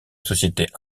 société